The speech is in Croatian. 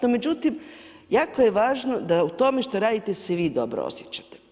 No, međutim, jako je važno da u tome što radite se vi dobro osjećate.